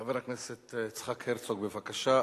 חבר הכנסת יצחק הרצוג, בבקשה.